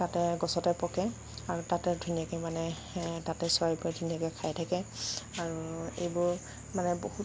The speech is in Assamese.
তাতে গছতে পকে আৰু তাতে ধুনীয়াকৈ মানে তাতে চৰাইবোৰে ধুনীয়াকৈ খাই থাকে আৰু এইবোৰ মানে বহুত